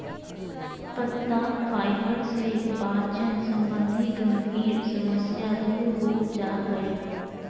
पत्ता फाइबर से पाचन संबंधी गंभीर समस्या दूर हो जा हइ